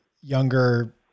younger